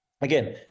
again